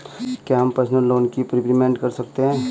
क्या हम personal loan का प्रीपेमेंट कर सकते हैं?